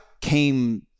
came